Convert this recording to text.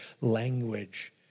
language